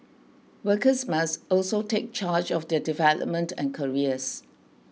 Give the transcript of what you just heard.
workers must also take charge of their development and careers